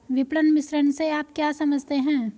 विपणन मिश्रण से आप क्या समझते हैं?